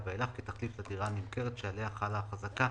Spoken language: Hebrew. ואילך כתחליף לדירה הנמכרת שעליה חלה החזקה